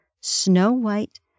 snow-white